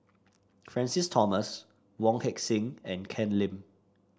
Francis Thomas Wong Heck Sing and Ken Lim